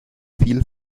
viel